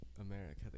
America